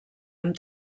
amb